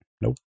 nope